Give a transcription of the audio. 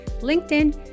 LinkedIn